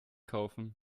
kaufen